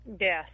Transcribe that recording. Yes